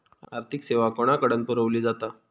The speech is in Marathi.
आर्थिक सेवा कोणाकडन पुरविली जाता?